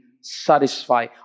satisfy